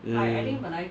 uh